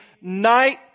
night